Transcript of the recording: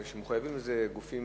שמחויבים בהם גופים